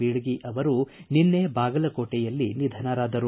ಬೀಳಗಿ ಅವರು ನಿನ್ನೆ ಬಾಗಲಕೋಟೆಯಲ್ಲಿ ನಿಧನರಾದರು